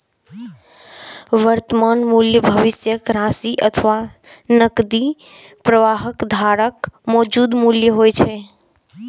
वर्तमान मूल्य भविष्यक राशि अथवा नकदी प्रवाहक धाराक मौजूदा मूल्य होइ छै